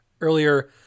earlier